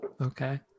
Okay